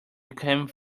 became